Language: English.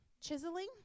chiseling